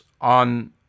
on